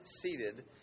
seated